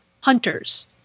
Hunters